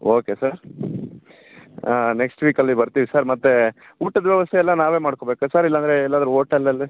okay sir next ವೀಕಲ್ಲಿ ಬರ್ತೀವಿ sir ಮತ್ತು ಊಟದ ವ್ಯವಸ್ಥೆ ಎಲ್ಲ ನಾವೇ ಮಾಡ್ಕೊಬೇಕಾ ಸರ್ ಇಲ್ಲಂದರೆ ಎಲ್ಲಾದರು ಓಟೆಲ್ಲಲ್ಲಿ